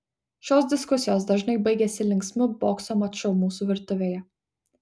šios diskusijos dažnai baigiasi linksmu bokso maču mūsų virtuvėje